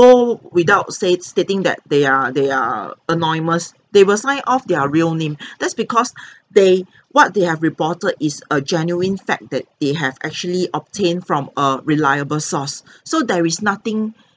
go without say it stating that they are they are anonymous they will sign off their real name that's because they what they have reported is a genuine fact that they have actually obtained from a reliable source so there is nothing